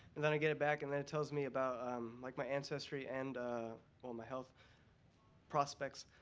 and then i get it back, and then it tells me about um like my ancestry, and all my health prospects.